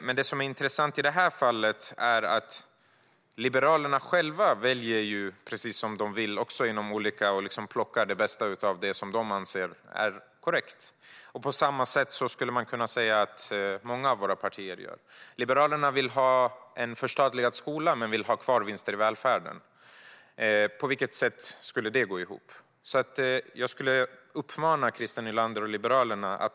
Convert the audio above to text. Men det som är intressant i det här fallet är att Liberalerna själva väljer som de vill och plockar det bästa av det som de anser vara korrekt. Man skulle kunna säga att många partier gör på samma sätt. Liberalerna vill ha en förstatligad skola, men man vill ha kvar vinster i välfärden. På vilket sätt skulle det gå ihop? Jag vill rikta en uppmaning till Christer Nylander och Liberalerna.